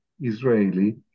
Israeli